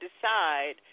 decide